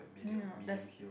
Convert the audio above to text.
yeah does